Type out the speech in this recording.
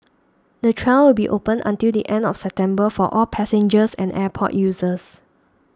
the trial will be open until the end of September for all passengers and airport users